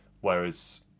Whereas